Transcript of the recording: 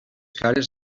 cares